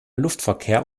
luftverkehr